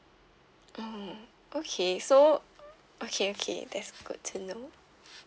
oh okay so okay okay that's good to know